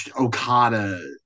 Okada